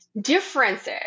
differences